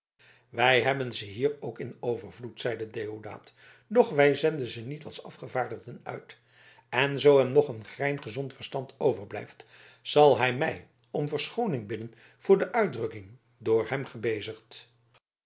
wij hebben ze hier ook in overvloed zeide deodaat doch wij zenden ze niet als afgevaardigden uit en zoo hem nog een grein gezond verstand overblijft zal hij mij om verschooning bidden voor de uitdrukking door hem gebezigd